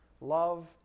love